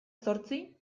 zortzi